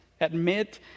admit